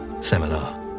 Seminar